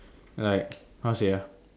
like how to say ah